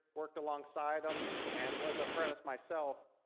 worked alongside em, and was an apprentice myself,